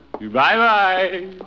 Bye-bye